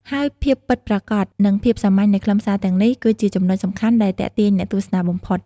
ហើយភាពពិតប្រាកដ និងភាពសាមញ្ញនៃខ្លឹមសារទាំងនេះ គឺជាចំណុចសំខាន់ដែលទាក់ទាញអ្នកទស្សនាបំផុត។